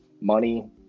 money